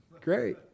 Great